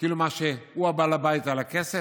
כאילו, הוא בעל הבית על הכסף?